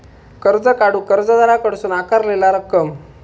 कर्ज काढूक कर्जदाराकडसून आकारलेला रक्कम